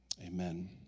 amen